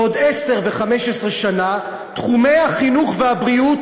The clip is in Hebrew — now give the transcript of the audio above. בעוד עשר ו-15 שנה תחומי החינוך והבריאות